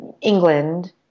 England